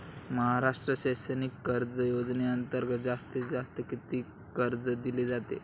महाराष्ट्र शैक्षणिक कर्ज योजनेअंतर्गत जास्तीत जास्त किती कर्ज दिले जाते?